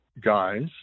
guys